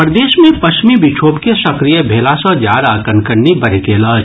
प्रदेश मे पश्चिमी विक्षोभ के सक्रिय भेला सँ जार आ कनकनी बढ़ि गेल अछि